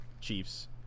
Chiefs